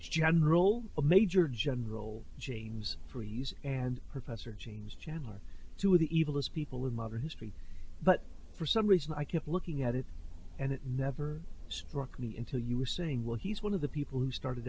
general a major general james for us and professor james chandler to the evilest people in modern history but for some reason i kept looking at it and it never struck me until you were saying well he's one of the people who started